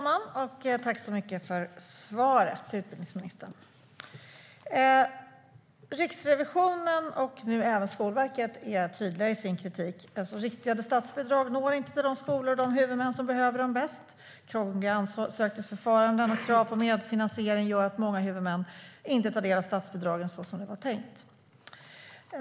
Herr talman! Jag tackar utbildningsministern så mycket för svaret. Riksrevisionen och nu även Skolverket är tydliga i sin kritik: Riktade statsbidrag når inte de skolor och huvudmän som behöver dem bäst. Krångliga ansökningsförfaranden och krav på medfinansiering gör att många huvudmän inte tar del av statsbidragen så som det var tänkt.